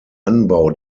anbau